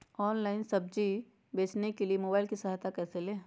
Online सब्जी बेचने के लिए मोबाईल की सहायता कैसे ले?